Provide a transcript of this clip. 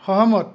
সহমত